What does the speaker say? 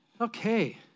Okay